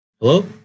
Hello